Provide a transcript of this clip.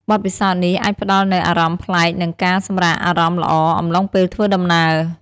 បទពិសោធន៍នេះអាចផ្ដល់នូវ អារម្មណ៍ប្លែក និងការ សម្រាកអារម្មណ៍ល្អ អំឡុងពេលធ្វើដំណើរ។